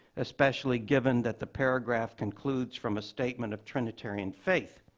especially given that the paragraph concludes from a statement of trinitarian faith.